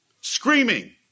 Screaming